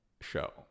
show